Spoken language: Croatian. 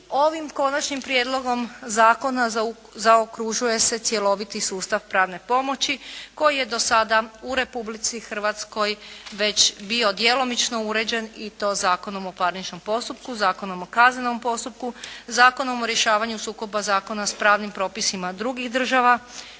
ovim Konačnim prijedlogom zakona zaokružuje se cjeloviti sustav pravne pomoći koji je do sada u Republici Hrvatskoj već bio djelomično uređen i to Zakonom o parničnom postupku, Zakonom o kaznenom postupku, Zakonom o rješavanju sukoba zakona s pravnim propisima drugih država